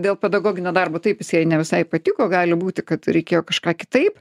dėl pedagoginio darbo taip jis jai ne visai patiko gali būti kad reikėjo kažką kitaip